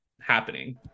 happening